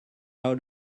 how